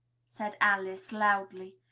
said alice loudly.